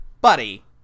buddy